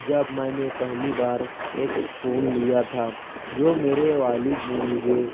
جب میں نے پہلی بار ایک فون لیا تھا جو میرے والد نے مجھے